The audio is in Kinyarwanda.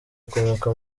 akomoka